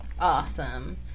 awesome